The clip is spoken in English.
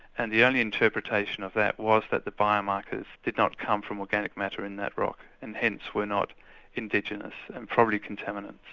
and the only interpretation of that was that the biomarkers did not come from organic matter in that rock and hence were not indigenous and probably contaminates.